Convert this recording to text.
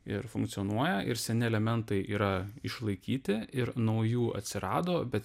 ir funkcionuoja ir seni elementai yra išlaikyti ir naujų atsirado bet